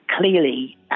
clearly